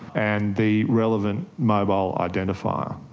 and the relevant mobile identifier.